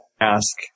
ask